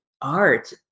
art